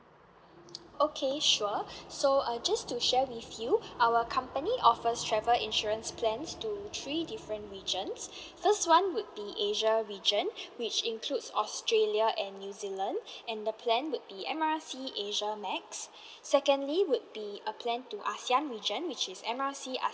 okay sure so uh just to share with you our company offers travel insurance plans to three different regions first one would be asia region which includes australia and new zealand and the plan would be M R C asia max secondly would be a plan to ASEAN region which is M R C